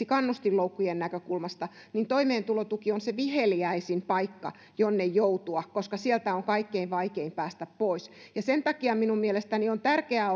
kannustinloukkujen näkökulmasta niin toimeentulotuki on se viheliäisin paikka jonne joutua koska sieltä on kaikkein vaikein päästä pois sen takia minun mielestäni on tärkeää